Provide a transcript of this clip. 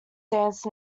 dance